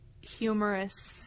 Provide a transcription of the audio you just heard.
humorous